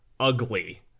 ugly